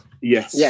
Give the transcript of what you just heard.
Yes